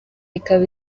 ikaba